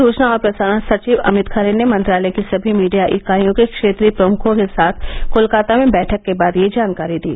सूचना और प्रसारण सचिव अमित खरे ने मंत्रालय की सभी मीडिया इकाइयों के क्षेत्रीय प्रमुखों के साथ कोलकाता में बैठक के बाद यह जानकारी दी